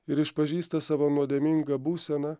ir išpažįsta savo nuodėmingą būseną